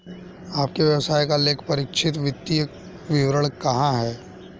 आपके व्यवसाय का लेखापरीक्षित वित्तीय विवरण कहाँ है?